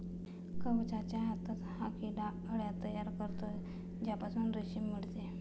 कवचाच्या आतच हा किडा अळ्या तयार करतो ज्यापासून रेशीम मिळते